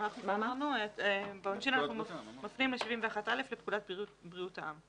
אנחנו מפנים לסעיף 71א לפקודת בריאות העם.